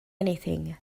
anything